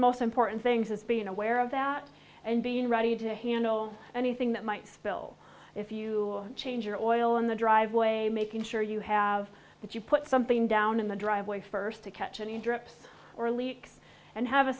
most important things is being aware of that and being ready to handle anything that might spill if you change your oil in the driveway making sure you have that you put something down in the driveway first to catch any drips or leaks and have a